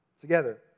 together